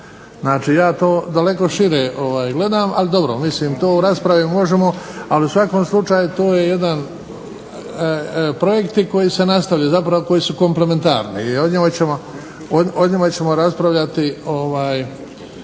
ja to daleko šire gledam, ali dobro, mislim to u raspravi možemo, ali u svakom slučaju to je jedan projekti koji se nastavljaju, zapravo koji su komplementarni, i o njima ćemo raspravljati.